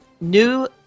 new